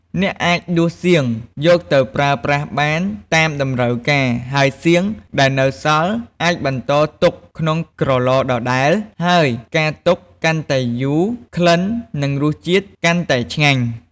អ្នកអាចដួសសៀងយកទៅប្រើប្រាស់បាន តាមតម្រូវការ ហើយសៀងដែលនៅសល់ អាចបន្តទុកក្នុងក្រឡដដែល ហើយការទុកកាន់តែយូរ ក្លិននិងរសជាតិកាន់តែឆ្ងាញ់។